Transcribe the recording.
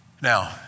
Now